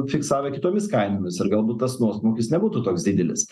fiksavę kitomis kainomis ir galbūt tas nuosmukis nebūtų toks didelis